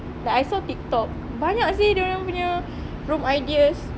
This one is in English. like I saw TikTok banyak seh diorang punya room ideas